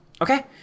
Okay